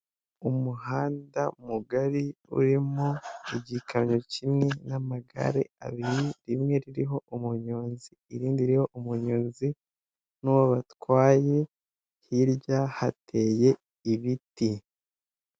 Abantu barenga mirongo itanu, bicaye bameze nk'abari mu mahugurwa, buri wese afite ikaramu n'ikayi, bari mu mahugurwa nkuko turi kubibona kandi ni ingeri zose: abagore, abakobwa, abasaza abakecuru ndetse n'abagabo bakuze, n'abasore bose bitabiriye amahugurwa.